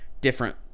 different